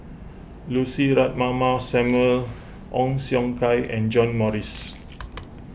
Lucy Ratnammah Samuel Ong Siong Kai and John Morrice